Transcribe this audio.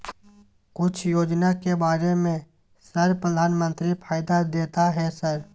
कुछ योजना के बारे में सर प्रधानमंत्री फायदा देता है सर?